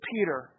Peter